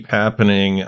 happening